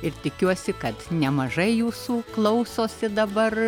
ir tikiuosi kad nemažai jūsų klausosi dabar